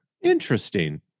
Interesting